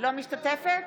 אינה משתתפת